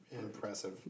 impressive